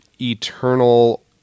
eternal